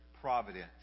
providence